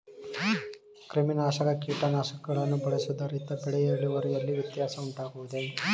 ಕ್ರಿಮಿನಾಶಕ ಕೀಟನಾಶಕಗಳನ್ನು ಬಳಸುವುದರಿಂದ ಬೆಳೆಯ ಇಳುವರಿಯಲ್ಲಿ ವ್ಯತ್ಯಾಸ ಉಂಟಾಗುವುದೇ?